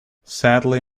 sadly